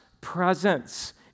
presence